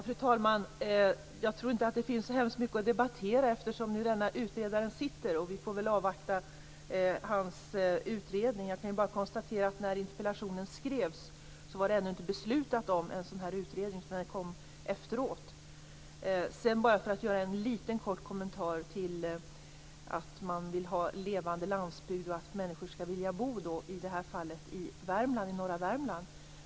Fru talman! Jag tror inte att det finns så mycket att debattera, eftersom vi nu har en utredare. Vi får avvakta hans utredning. Jag kan bara konstatera att när interpellationen skrevs var det ännu inte beslutat om en sådan utredning. Den kom efteråt. Jag vill bara kort kommentera detta att man vill ha en levande landsbygd och att man vill att människor skall vilja bo, i det här fallet, i västra Värmland.